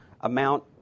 amount